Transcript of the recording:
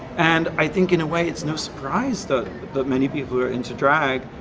and i think in a way it's no surprise that that many people are into drag.